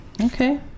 okay